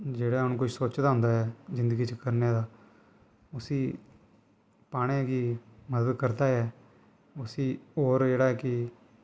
जेह्ड़ा उ'नें कोई सोच्चे दा होंदा ऐ जिन्दगी च करने दा उस्सी पाने गी मदद करदा ऐ उस्सी होर जेह्ड़ा कि